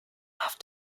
have